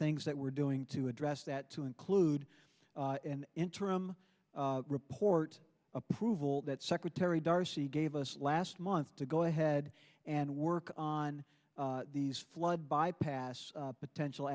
things that we're doing to address that to include an interim report approval that secretary darcy gave us last month to go ahead and work on these flood bypass potential